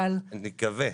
נקווה,